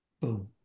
Boom